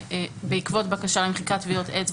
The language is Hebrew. בעקבות בקשה למחיקת טביעות אצבע,